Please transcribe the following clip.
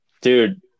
Dude